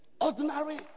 ordinary